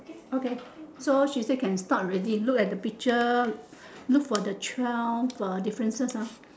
okay so she say can start already look at the picture look for the twelve uh differences ah